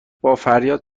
بافریاد